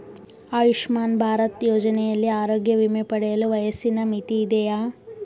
ಆಯುಷ್ಮಾನ್ ಭಾರತ್ ಯೋಜನೆಯಲ್ಲಿ ಆರೋಗ್ಯ ವಿಮೆ ಪಡೆಯಲು ವಯಸ್ಸಿನ ಮಿತಿ ಇದೆಯಾ?